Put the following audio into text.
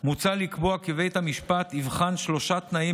מוצע לקבוע כי בית המשפט יבחן שלושה תנאים